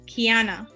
Kiana